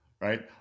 right